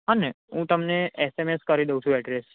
હ ને હું તમને એસએમએસ કરી દઉં છું એડ્રેસ